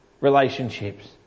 relationships